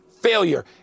failure